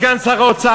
סגן שר האוצר,